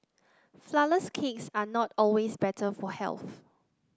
flourless cakes are not always better for health